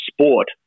sport